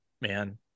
man